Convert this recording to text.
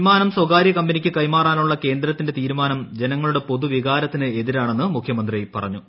വിമാനത്താവളം സ്വകാര്യകമ്പനിക്ക് കൈമാറാനുള്ള കേന്ദ്രത്തിന്റെ തീരുമാനം ജനങ്ങളുടെ പൊതുവികാരത്തിന് എതിരാണെന്ന് മുഖ്യമന്ത്രി പറഞ്ഞു